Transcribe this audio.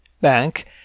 Bank